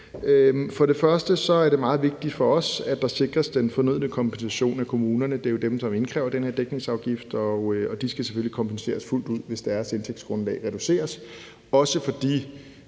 For det første er det meget vigtigt for os, at der sikres den fornødne kompensation af kommunerne. For det er jo dem, der vil indkræve den her dækningsafgift, og de skal selvfølgelig kompenseres fuldt ud, hvis deres indtægtsgrundlag reduceres, også for